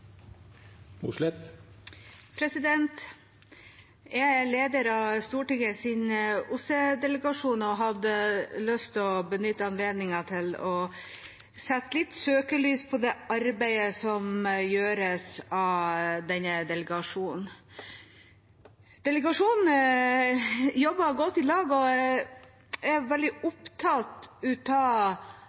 Jeg er leder av Stortingets OSSE-delegasjon og hadde lyst til å benytte anledningen til å sette søkelyset på det arbeidet som gjøres av denne delegasjonen. Delegasjonen jobber godt i lag og er veldig opptatt av